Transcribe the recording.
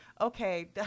Okay